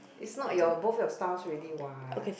it's not your both your styles already what